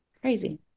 crazy